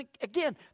again